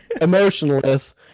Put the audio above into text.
emotionless